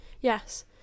Yes